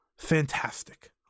fantastic